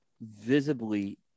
visibly